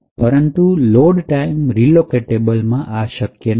પરંતુ load time રીલોકેટેબલમાં એ શક્ય નથી